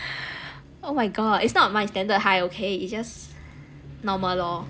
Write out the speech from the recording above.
oh my god it's not my standard high okay it's just normal lor